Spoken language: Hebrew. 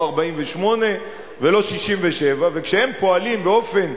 לא 48' ולא 67'. וכשהם פועלים באופן